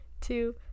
two